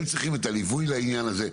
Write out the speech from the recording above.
הם צריכים את הליווי לעניין הזה.